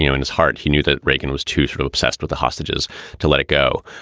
you know, in his heart, he knew that reagan was too sort of obsessed with the hostages to let it go.